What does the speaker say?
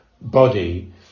body